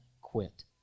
quit